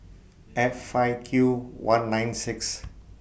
F five Q one nine six